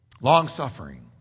Long-suffering